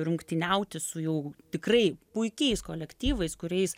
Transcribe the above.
rungtyniauti su jau tikrai puikiais kolektyvais kuriais